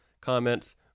comments